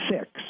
six